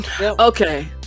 Okay